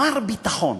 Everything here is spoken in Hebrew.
מר ביטחון.